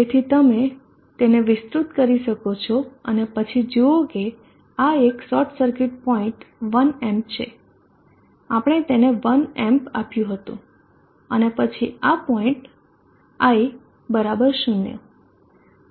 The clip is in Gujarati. તેથી તમે તેને વિસ્તૃત કરી શકો છો અને પછી જુઓ કે આ એક શોર્ટ સર્કિટ પોઇન્ટ 1 એમ્પ છે આપણે તેને 1 એમ્પ આપ્યું હતું અને પછી આ પોઈન્ટ I બરાબર શૂન્ય